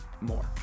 more